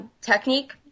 technique